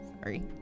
Sorry